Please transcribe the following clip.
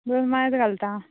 दोन मायज घालता